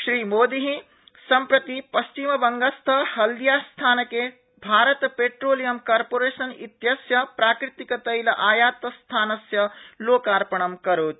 श्रीमोदी अत्रैव पश्चिम बंगस्थ हल्दिया स्थानके भारत पेट्रोलियम कार्पोरेशन इत्यस्य प्राकृतिक तैल आयात स्थानस्य लोकार्पण करिष्यति